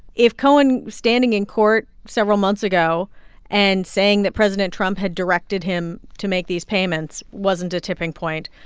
if cohen standing in court several months ago and saying that president trump had directed him to make these payments wasn't a tipping point,